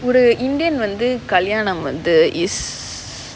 ஒரு:oru indian வந்து கல்யாணம் வந்து:vanthu kalyanam vanthu is